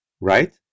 Right